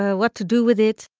ah what to do with it,